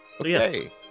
Okay